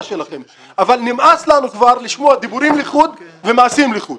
שלכם אבל נמאס לנו כבר לשמוע דיבורים לחוד ומעשים לחוד.